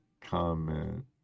comment